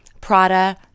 Prada